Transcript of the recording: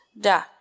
Da